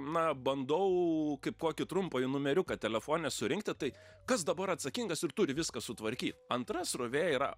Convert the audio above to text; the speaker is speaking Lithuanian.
na bandau kaip kokį trumpąjį numeriuką telefone surinkti tai kas dabar atsakingas ir turi viską sutvarkyt antra srovė yra